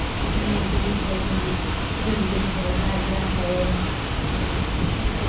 ऐसे जुंडी है जूं जुंडी है बाजरा है ये ये सब